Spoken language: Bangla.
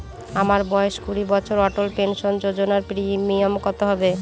আমার বয়স কুড়ি বছর অটল পেনসন যোজনার প্রিমিয়াম কত হবে?